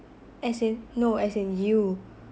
as in no as in you